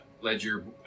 ledger